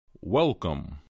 Welcome